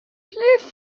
recently